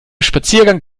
spaziergang